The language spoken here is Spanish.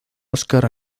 oscar